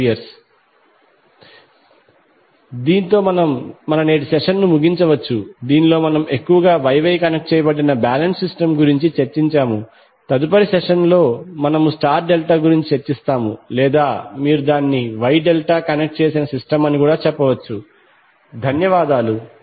2°A దీనితో మనము మన నేటి సెషన్ను ముగించవచ్చు దీనిలో మనము ఎక్కువగా Y Y కనెక్ట్ చేయబడిన బాలెన్స్డ్ సిస్టమ్ గురించి చర్చించాము కాబట్టి తదుపరి సెషన్ లో మనము స్టార్ డెల్టా గురించి చర్చిస్తాము లేదా మీరు దానిని Y డెల్టా కనెక్ట్ చేసిన సిస్టమ్ అని చెప్పవచ్చు ధన్యవాదాలు